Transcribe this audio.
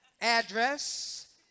address